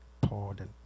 pardon